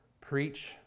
preach